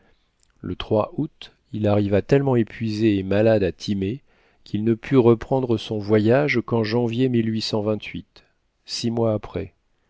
le août il arriva tellement épuisé et malade à timé qu'il ne put reprendre son voyage qu'en janvier six mois après